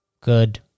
Good